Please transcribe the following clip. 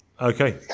Okay